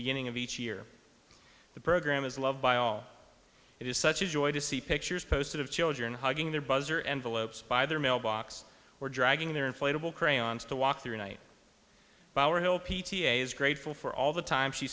beginning of each year the program is loved by all it is such a joy to see pictures posted of children hugging their buzzer envelopes by their mailbox or dragging their inflatable crayons to walk through a night by our hill p t a is grateful for all the time she